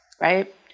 right